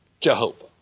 Jehovah